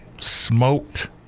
smoked